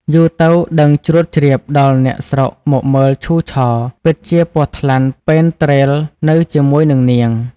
យូរទៅដឹងជ្រួតជ្រាបដល់អ្នក ស្រុកមកមើលឈូរឆរ ពិតជាពស់ថ្លាន់ពេនទ្រេលនៅជាមួយនិងនាង។